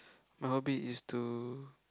my hobby is to